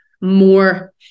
more